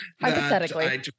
hypothetically